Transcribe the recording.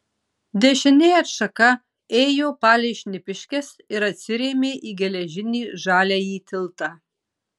dešinė atšaka ėjo palei šnipiškes ir atsirėmė į geležinį žaliąjį tiltą